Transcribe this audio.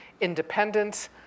independence